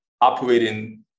operating